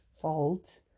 fault